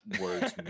words